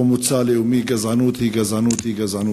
או מוצא לאומי, גזענות היא גזענות היא גזענות.